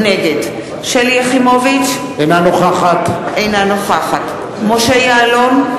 נגד שלי יחימוביץ, אינה נוכחת משה יעלון,